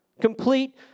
Complete